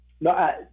No